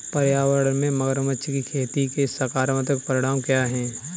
पर्यावरण में मगरमच्छ की खेती के सकारात्मक परिणाम क्या हैं?